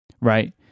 right